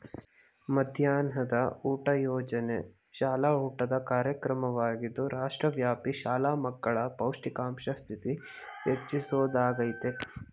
ಮಧ್ಯಾಹ್ನದ ಊಟ ಯೋಜನೆ ಶಾಲಾ ಊಟದ ಕಾರ್ಯಕ್ರಮವಾಗಿದ್ದು ರಾಷ್ಟ್ರವ್ಯಾಪಿ ಶಾಲಾ ಮಕ್ಕಳ ಪೌಷ್ಟಿಕಾಂಶ ಸ್ಥಿತಿ ಹೆಚ್ಚಿಸೊದಾಗಯ್ತೆ